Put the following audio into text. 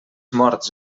morts